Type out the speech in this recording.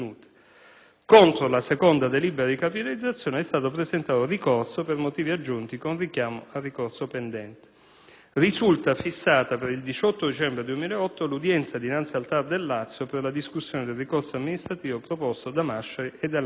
Contro la seconda delibera di capitalizzazione è stato presentato ricorso per motivi aggiunti con richiamo al ricorso pendente. Risulta fissata per il 18 dicembre 2008 l'udienza dinanzi al TAR del Lazio per la discussione del ricorso amministrativo proposto da Masciari e dalla moglie.